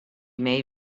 may